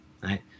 right